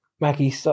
Maggie